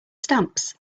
stamps